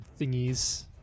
thingies